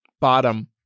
bottom